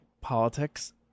politics